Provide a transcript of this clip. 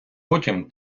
потім